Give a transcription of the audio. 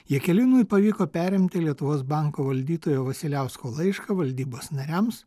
jakeliūnui pavyko perimti lietuvos banko valdytojo vasiliausko laišką valdybos nariams